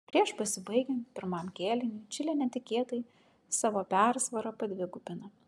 prieš pasibaigiant pirmam kėliniui čilė netikėtai savo persvarą padvigubino